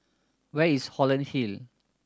where is Holland Hill